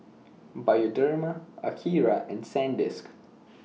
Bioderma Akira and Sandisk